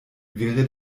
wäre